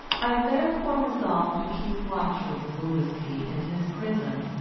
i therefore resolved to keep watch over zaluski in his prison.